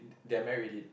they're married already